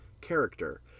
character